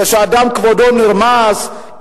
כשכבודו של האדם נרמס,